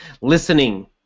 listening